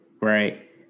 right